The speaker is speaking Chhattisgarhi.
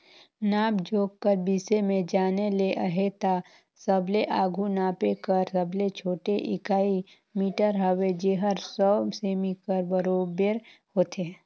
नाप जोख कर बिसे में जाने ले अहे ता सबले आघु नापे कर सबले छोटे इकाई मीटर हवे जेहर सौ सेमी कर बराबेर होथे